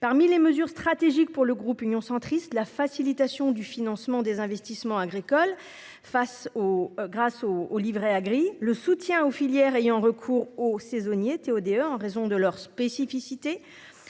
Parmi les mesures stratégiques pour le groupe Union centriste, la facilitation du financement des investissements agricoles face aux grâce au au Livret A gris, le soutien aux filières ayant recours aux saisonniers TODE en raison de leurs spécificités.